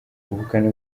ubukana